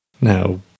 Now